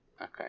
Okay